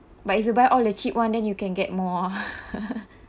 but if you buy all the cheap one then you can get more ah